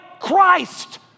Christ